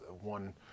one